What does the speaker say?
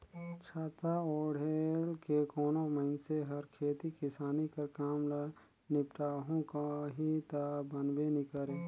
छाता ओएढ़ के कोनो मइनसे हर खेती किसानी कर काम ल निपटाहू कही ता बनबे नी करे